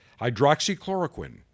hydroxychloroquine